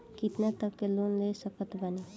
कितना तक लोन ले सकत बानी?